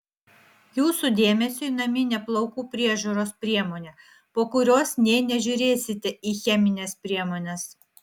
jūsų dėmesiui naminė plaukų priežiūros priemonė po kurios nė nežiūrėsite į chemines priemones